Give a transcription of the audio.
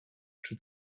czy